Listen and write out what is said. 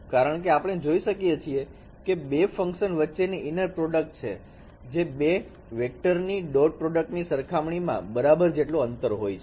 કારણ કે આપણે જોઈ શકીએ છીએ કે બે ફંકશન વચ્ચેની ઈનર પ્રોડક્ટ જે બે વેક્ટરની ડોટ પ્રોડક્ટ ની સરખામણી માં બરાબર જેટલું અંતર હોય છે